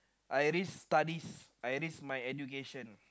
I risk studies I risk my education